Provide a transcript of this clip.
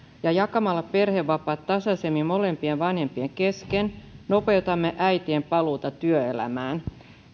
ja jakamalla perhevapaat tasaisemmin molempien vanhempien kesken nopeutamme äitien paluuta työelämään